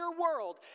world